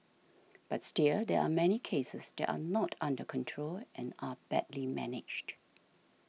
but still there are many cases that are not under control and are badly managed